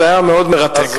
זה היה מאוד מרתק.